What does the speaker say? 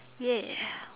!yay!